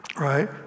right